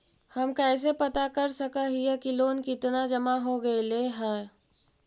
हम कैसे पता कर सक हिय की लोन कितना जमा हो गइले हैं?